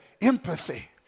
Empathy